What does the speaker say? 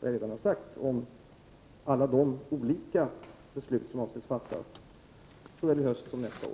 vad jag redan har sagt om alla de beslut som avses fattas såväl i höst som nästa år.